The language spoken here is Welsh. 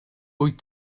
wyt